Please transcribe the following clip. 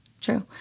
True